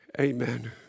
Amen